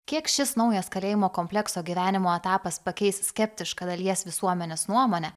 kiek šis naujas kalėjimo komplekso gyvenimo etapas pakeis skeptišką dalies visuomenės nuomonę